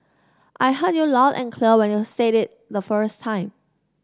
I heard you loud and clear when you said it the first time